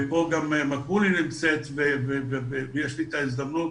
ופה גם מקבולה נמצאת ויש לי את ההזדמנות